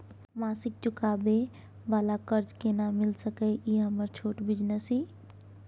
मासिक चुकाबै वाला कर्ज केना मिल सकै इ हमर छोट बिजनेस इ?